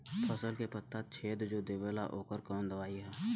फसल के पत्ता छेद जो देवेला ओकर कवन दवाई ह?